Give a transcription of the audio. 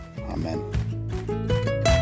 Amen